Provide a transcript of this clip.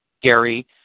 Gary